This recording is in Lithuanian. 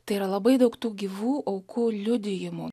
tai yra labai daug tų gyvų aukų liudijimų